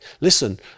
listen